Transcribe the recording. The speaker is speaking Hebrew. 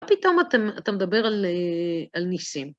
מה פתאום אתה מדבר על ניסים?